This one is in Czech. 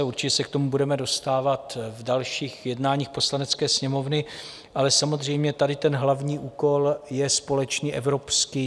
Určitě se k tomu budeme dostávat v dalších jednáních Poslanecké sněmovny, ale samozřejmě tady ten hlavní úkol je společný evropský.